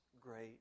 great